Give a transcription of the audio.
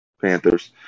Panthers